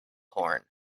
horn